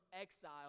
exile